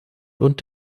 und